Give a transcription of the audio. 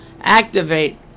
activate